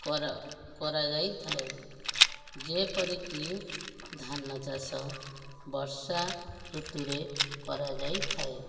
କର କରାଯାଇଥାଏ ଯେପରିକି ଧାନଚାଷ ବର୍ଷା ଋତୁରେ କରାଯାଇଥାଏ